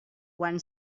quan